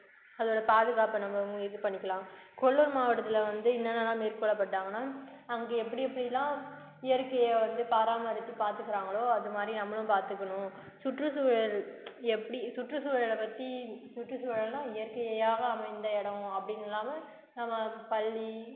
அதோட பாதுகாப்பை நம்ம இது பண்ணிக்கலாம் குடலூர் மாவட்டத்தில் வந்து என்னனெல்லாம் மேற்படப்பட்டாங்கன்னா அங்கே எப்படி எப்படில்லாம் இயற்கையை வந்து பராமரிச்சு பார்த்துக்குறாங்களோ அது மாதிரி நம்மளும் பார்த்துக்கணும் சுற்றுசூழல் எப்படி சுற்றுசூழலை பற்றி சுற்றுசூழல்னா இயற்கையாகவே அமைந்த இடம் அப்படின்னு இல்லாமல் நம்ம பள்ளி